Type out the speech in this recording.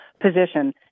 position